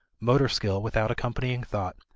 motor skill without accompanying thought,